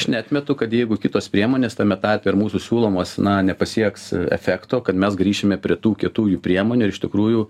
aš neatmetu kad jeigu kitos priemonės tame tarpe ir mūsų siūlomos na nepasieks efekto kad mes grįšime prie tų kietųjų priemonių ir iš tikrųjų